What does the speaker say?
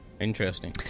Interesting